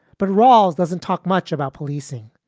but rawls doesn't talk much about policing.